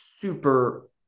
super